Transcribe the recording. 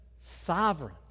sovereign